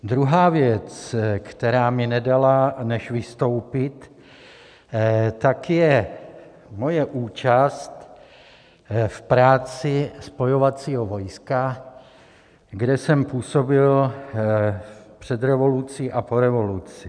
Druhá věc, která mi nedala než vystoupit, je moje účast v práci spojovacího vojska, kde jsem působil před revolucí a po revoluci.